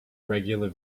regular